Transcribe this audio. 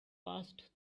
passed